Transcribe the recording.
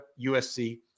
USC